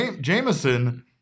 Jameson